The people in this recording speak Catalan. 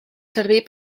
servir